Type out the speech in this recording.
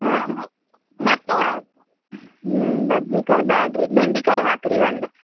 ಹಾಂ ಮತ್ತು ಬದನೇಕಾಯಿ ಬ್ಯಾಡ್ರಿ ಬೆಂಡೆಕಾಯಿ ಹಾಕ್ರೀ ಒಂದು